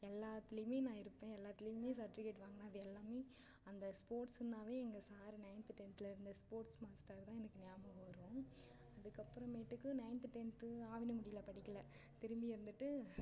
எல்லாத்துலேயுமே நான் இருப்பேன் எல்லாத்துலேயுமே சர்டிஃபிகேட் வாங்கினது அது எல்லாமே அந்த ஸ்போர்ட்ஸ்ன்னாவே எங்கள் சார் நைன்த்து டென்த்தில் இருந்த ஸ்போர்ட்ஸ் மாஸ்டர் தான் எனக்கு ஞாபகம் வரும் அதுக்கு அப்புறமேட்டுக்கு நைன்த்து டென்த் ஆவினங்குடியில் படிக்கல திரும்பி வந்துட்டு